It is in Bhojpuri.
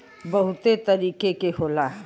बहुते तरीके के होला